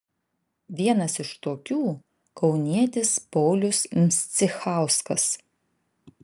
vienas iš tokių kaunietis paulius mscichauskas